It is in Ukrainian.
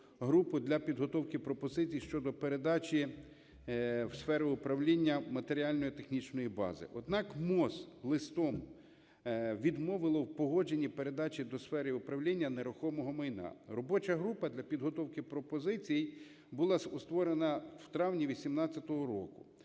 групу для підготовки пропозицій щодо передачі в сферу управління матеріально-технічної бази. Однак МОЗ листом відмовило в погодженні передачі до сфери управління нерухомого майна. Робоча група для підготовки пропозицій була створена в травні 18-го року.